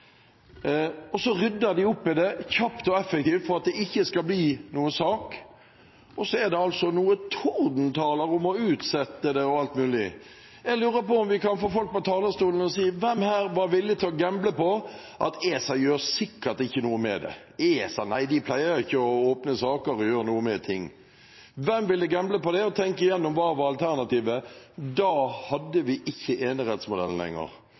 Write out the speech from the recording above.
likebehandling. Så rydder de opp i det, kjapt og effektivt, for at det ikke skal bli noen sak, og så blir det altså tordentaler om å utsette det og alt mulig. Jeg lurer på om vi kan få folk til å komme opp på talerstolen og si hvem her som var villig til å gamble på at ESA sikkert ikke ville gjøre noe med det, ESA pleier ikke å åpne saker og gjøre noe med ting. Hvem ville gamblet på det? Tenk så igjennom hva alternativet var. Det hadde vært at vi ikke lenger hadde hatt enerettsmodellen.